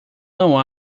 não